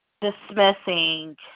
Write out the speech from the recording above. dismissing